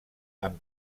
amb